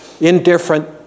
indifferent